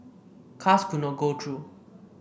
cars could not go through